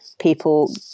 people